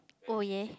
oh ya